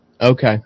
Okay